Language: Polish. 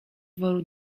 woru